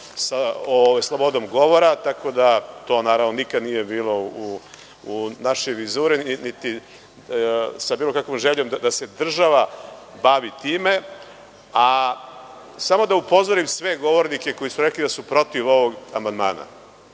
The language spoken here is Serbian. sa slobodom govora. To nikad nije bilo u našoj vizuri, niti sa bilo kakvom željom da se država bavi time. Samo da upozorim sve govornike koji su rekli da su protiv ovog amandmana.